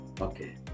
okay